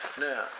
Now